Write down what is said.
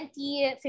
2015